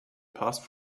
passed